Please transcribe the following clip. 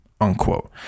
Unquote